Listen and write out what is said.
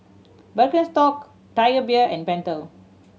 Birkenstock Tiger Beer and Pentel